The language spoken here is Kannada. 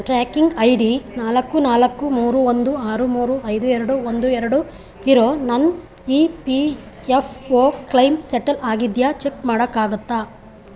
ಟ್ರ್ಯಾಕಿಂಗ್ ಐ ಡಿ ನಾಲ್ಕು ನಾಲ್ಕು ಮೂರು ಒಂದು ಆರು ಮೂರು ಐದು ಎರಡು ಒಂದು ಎರಡು ಇರೋ ನನ್ನ E P F O claim settle ಆಗಿದೆಯಾ ಚೆಕ್ ಮಾಡೋಕ್ಕಾಗುತ್ತಾ